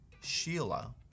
Sheila